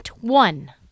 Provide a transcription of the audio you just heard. one